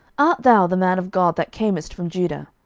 art thou the man of god that camest from judah?